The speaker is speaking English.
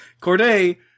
Corday